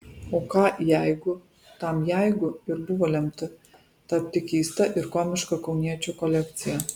o ką jeigu tam jeigu ir buvo lemta tapti keista ir komiška kauniečio kolekcija